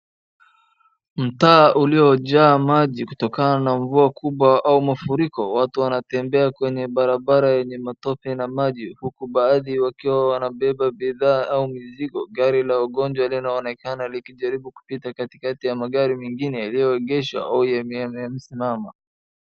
Mtaa uliyojaa maji kutokana na mvua kubwa au mafuriko. Watu wanatembea kwenye barabara yenye matope na maji huku baadhi wakiwa wanabeba bidhaa au mizigo. Gari la wagonjwa linaonekana likijaribu kupita katikati ya magari mengine yaliogeshwa au yamesimama.